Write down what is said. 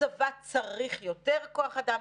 הצבא צריך יותר כוח אדם?